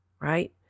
right